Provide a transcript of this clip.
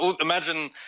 imagine